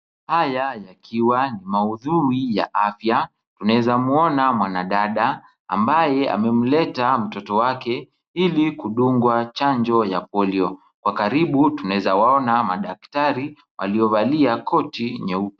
Haya yakiwa ni maudhui ya afya, tunaweza muona mwanadada ambaye amemleta mtoto wake ili kudungwa chanjo ya polio. Kwa karibu tunaweza waona madaktari waliovalia koti nyeupe.